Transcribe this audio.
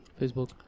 Facebook